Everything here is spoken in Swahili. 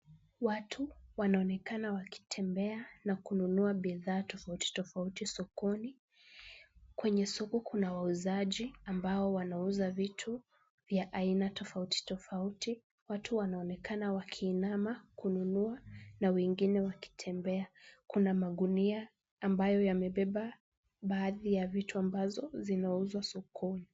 Watu wanaonekana wakitembea na kununua bidhaa tofauti tofauti sokoni. Kwenye soko kuna wauzaji ambao wanauza vitu vya aina tofauti tofauti. Watu wanaonekana wakiinama kununua na wengine wakitembea. Kuna magunia ambayo yamebeba baadhi ya vitu ambazo vinauzwa sokoni.